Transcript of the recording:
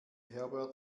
herbert